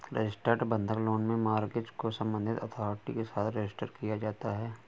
registered बंधक loan में mortgage को संबंधित अथॉरिटी के साथ रजिस्टर किया जाता है